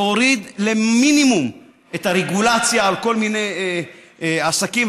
להוריד למינימום את הרגולציה על כל מיני עסקים,